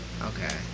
okay